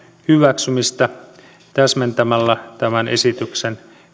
hyväksymistä täsmentämällä tämän esityksen